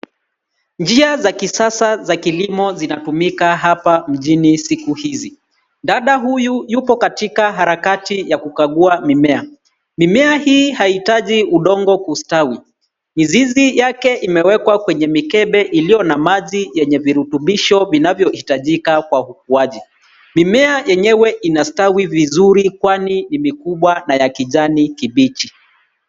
Njia za kisasa za kilimo zinatumika hapa mjini siku izi. Dada huyu yupo katika harakati ya kukagua mimea. Mimea hii haiitaji udongo kustawi. Mizizi yake imewekwa kwenye mikebe iliyo na maji yenye virutubisho vinavyoitajika kwa ukuaji. Mimea yenyewe inastawi vizuri kwani ni mikubwa na ya kijani kibichi.